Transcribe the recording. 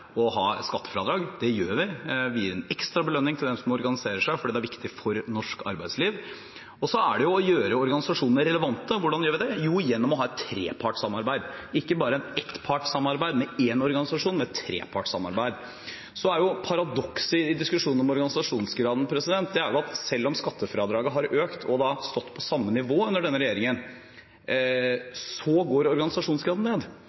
å gi et skattefradrag. Det gjør vi – vi gir en ekstra belønning til dem som organiserer seg, fordi det er viktig for norsk arbeidsliv. Og så er det å gjøre organisasjonene relevante. Og hvordan gjør vi det? Jo, gjennom å ha et trepartssamarbeid – ikke bare et ettpartssamarbeid med én organisasjon, men et trepartssamarbeid. Så er paradokset i diskusjonen om organisasjonsgraden at selv om skattefradraget har økt og har stått på samme nivå under denne regjeringen, går organisasjonsgraden ned.